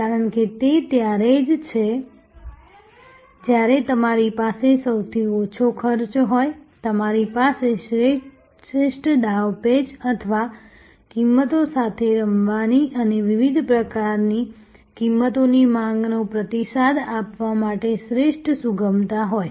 કારણ કે તે ત્યારે જ છે જ્યારે તમારી પાસે સૌથી ઓછો ખર્ચ હોય તમારી પાસે શ્રેષ્ઠ દાવપેચ અથવા કિંમતો સાથે રમવાની અને વિવિધ પ્રકારની કિંમતની માંગનો પ્રતિસાદ આપવા માટે શ્રેષ્ઠ સુગમતા હોય